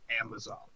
Amazon